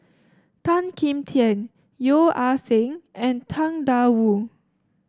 Tan Kim Tian Yeo Ah Seng and Tang Da Wu